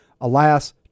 Alas